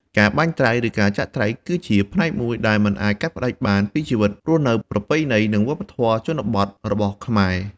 ការបាញ់ត្រី ឬចាក់ត្រី គឺជាផ្នែកមួយដែលមិនអាចកាត់ផ្តាច់បានពីជីវភាពរស់នៅប្រពៃណី និងវប្បធម៌ជនបទរបស់ខ្មែរ។